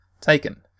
Taken